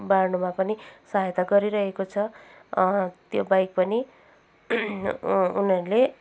बाँड्नुमा पनि सहायता गरिरहेको छ त्योबाहेक पनि उनीहरूले